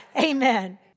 Amen